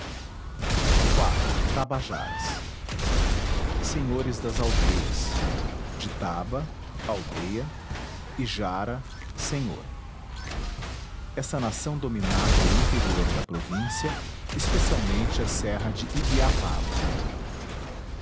iv tabajaras senhores das aldeias de taba aldeia e jara senhor essa nação dominava o interior da província especialmente a serra de ibiapaba